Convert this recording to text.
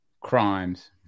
crimes